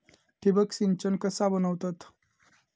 ठिबक सिंचन कसा बनवतत?